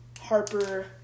Harper